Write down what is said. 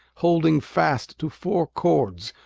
holding fast to four cords,